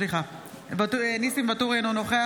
ניסים ואטורי,